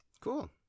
Cool